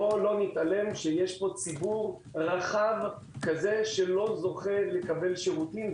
בוא לא נתעלם שיש פה ציבור רחב שלא זוכה לקבל שירותים,